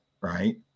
right